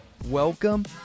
Welcome